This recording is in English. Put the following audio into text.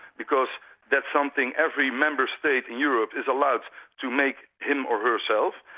because that's something every member-state in europe is allowed to make him or herself.